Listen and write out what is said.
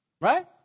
Right